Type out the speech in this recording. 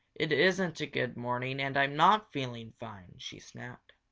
it isn't a good morning and i'm not feeling fine! she snapped.